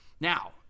Now